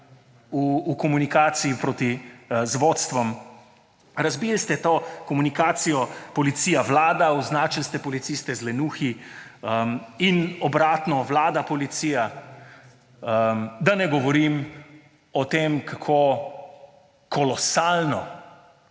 v komunikaciji proti vodstvu. Razbili ste to komunikacijo policija – vlada, označil ste policiste z lenuhi; in obratno, vlada – policija. Da ne govorim o tem, kako kolosalno